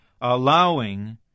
allowing